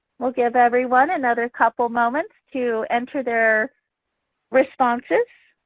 we'll give everyone another couple moments to enter their responses.